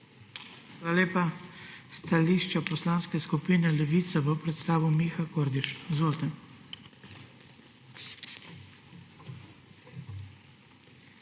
Hvala lepa. Stališče Poslanske skupine Levica bo predstavil Miha Kordiš. Izvolite.